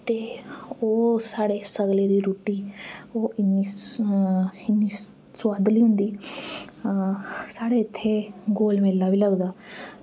ते ओह् साढ़ी सगलै दी रुट्टी ओह् इन्नी सोआदली होंदी साढ़े इत्थें गोल मेला बी लगदा